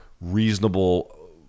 reasonable